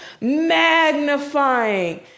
magnifying